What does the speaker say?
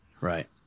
Right